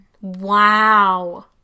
Wow